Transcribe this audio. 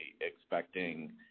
expecting